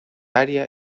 área